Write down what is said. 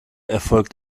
erfolgt